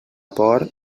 por